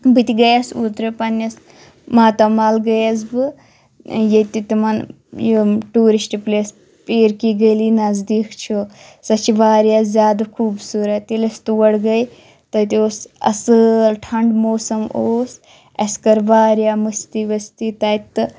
بہٕ تہِ گٔیَس اوترٕ پَنٕنِس ماتامال گٔیَس بہٕ ییٚتہِ تِمَن یِم ٹیٛوٗرِسٹہٕ پُلیس پیٖر کی گلی نٔزدیٖک چھِ تہٕ سۄ چھِ واریاہ زیادٕ خوٗبصوٗرت ییٚلہِ أسۍ تور گٔے تَتہِ اوس اَصۭل ٹھنٛڈ موسم اوس اَسہِ کٔر واریاہ مستی ؤستی تَتہِ تہٕ